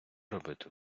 робити